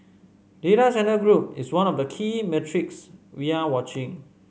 data centre group is one of the key metrics we are watching